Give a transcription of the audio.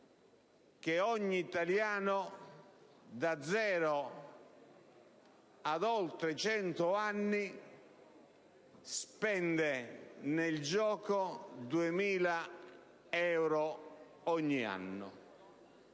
ogni italiano, da zero a oltre cento anni, spende nel gioco 2.000 euro ogni anno.